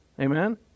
Amen